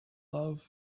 love